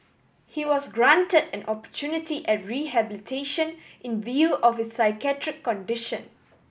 he was granted an opportunity at rehabilitation in view of his psychiatric condition